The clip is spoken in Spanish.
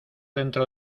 dentro